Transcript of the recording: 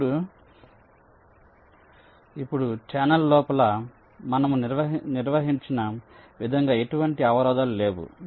ఇప్పుడు ఛానెల్ లోపల మనము నిర్వచించిన విధంగా ఎటువంటి అవరోధాలు లేవు